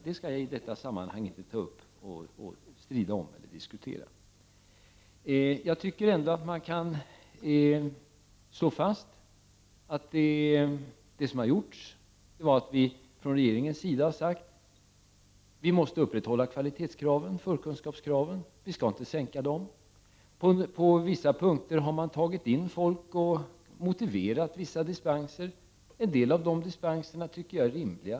Men det skall vi inte strida och diskutera om i detta sammanhang. Jag tycker att vi kan slå fast att från regeringens sida har man sagt att vi måste upprätthålla kvalitetskraven och förkunskapskraven. Vi skall inte sänka dem. På vissa punkter har man tagit in folk och motiverat vissa dispenser. En del av de dispenserna tycker jag är rimliga.